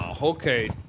Okay